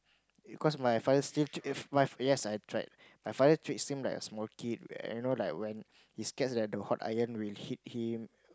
cause my father still ch~ yes I've tried my father treats him like a small kid where you know like when he scared that the hot iron will hit him